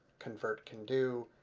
convert can do.